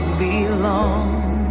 belong